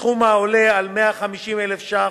בסכום העולה על 150,000 ש"ח.